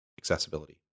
accessibility